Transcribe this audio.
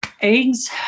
Eggs